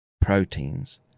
proteins